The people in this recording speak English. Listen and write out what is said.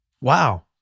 Wow